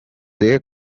their